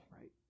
right